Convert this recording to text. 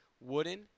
wooden